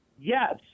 Yes